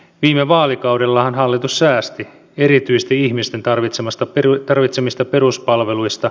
viime vaalikaudellahan hallitus säästi erityisesti ihmisten tarvitsemista peruspalveluista